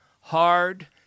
hard